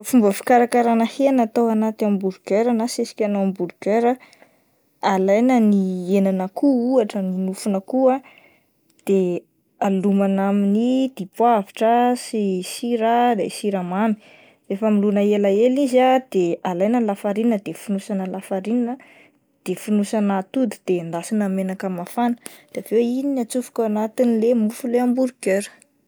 Ny fomba fikarakarana hena atao anaty humburgeur na sesika ana humburgeur, alaina ny henan'akoho ohatra ny nofon'akoho de alomana amin'ny dipoavitra, sira de siramamy, rehefa milona elaela izy ah de alaina ny lafarinina de fonosana lafarinina de fonosana atody de endasina amin'ny menaka mafana, de avy eo iny no atsofoko ao anatin'le mofo le humburgeur.